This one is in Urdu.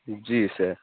جی سر